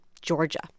Georgia